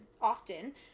often